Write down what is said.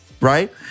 right